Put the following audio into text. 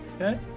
Okay